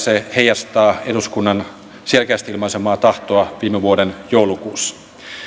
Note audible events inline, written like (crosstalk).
(unintelligible) se heijastaa eduskunnan selkeästi ilmaisemaa tahtoa viime vuoden joulukuussa